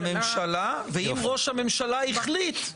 הממשלה, ואם ראש הממשלה החליט.